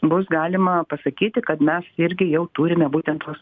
bus galima pasakyti kad mes irgi jau turime būtent tuos